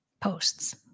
posts